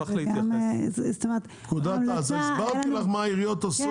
אבל הסברתי לך מה עושות העיריות.